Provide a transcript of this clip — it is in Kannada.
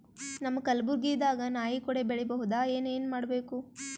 ನಮ್ಮ ಕಲಬುರ್ಗಿ ದಾಗ ನಾಯಿ ಕೊಡೆ ಬೆಳಿ ಬಹುದಾ, ಏನ ಏನ್ ಮಾಡಬೇಕು?